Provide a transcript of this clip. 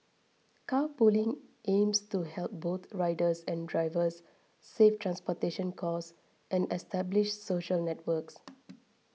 carpooling aims to help both riders and drivers save transportation costs and establish social networks